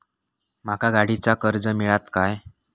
माका गाडीचा कर्ज मिळात काय?